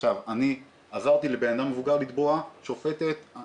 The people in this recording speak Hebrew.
כי גם הוצאות גבייה נצברות לטובת הדבר